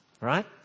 right